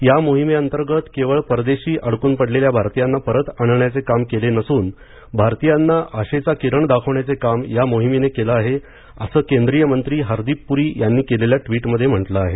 या मोहिमेअंतर्गत केवळ परदेशी अडकून पडलेल्या भारतीयांना परत आणण्याचे काम केले नसून भारतीयांना आशेचा किरण दाखवण्याचे काम या मोहिमेने केले आहे असे केंद्रीय मंत्री हरदीप पुरी यांनी केलेल्या ट्विट मध्ये म्हंटले आहे